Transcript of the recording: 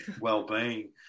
well-being